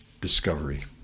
discovery